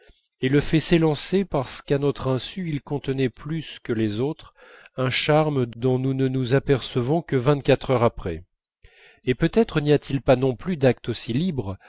et s'élancer parce qu'à notre insu il contenait plus que les autres un charme dont nous ne nous apercevons que vingt-quatre heures après et peut-être n'y a-t-il pas non plus d'acte aussi libre